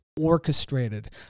orchestrated